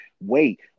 wait